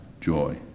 joy